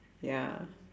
ya